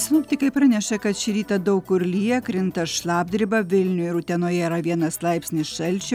sinoptikai praneša kad šį rytą daug kur lyja krinta šlapdriba vilniuj ir utenoje yra vienas laipsnis šalčio